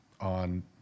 on